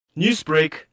Newsbreak